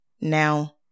now